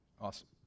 Awesome